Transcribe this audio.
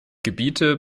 gebiete